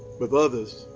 with others,